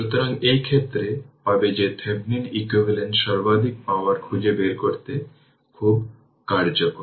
সুতরাং এই ক্ষেত্রে পাবে যে থেভেনিন ইকুইভ্যালেন্ট সর্বাধিক পাওয়ার খুজে বের করতে খুব কার্যকর